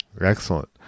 Excellent